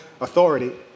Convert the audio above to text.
authority